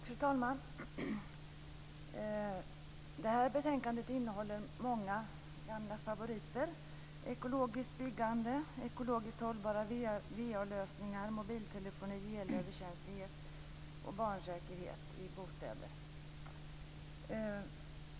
Fru talman! Det här betänkandet innehåller många gamla favoriter: ekologiskt byggande, ekologiskt hållbara VA-lösningar, mobiltelefoni, elöverkänslighet och barnsäkerhet i bostäder.